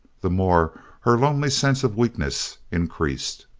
the more her lonely sense of weakness increased.